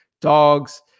dogs